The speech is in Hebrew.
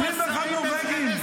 21 נורבגים.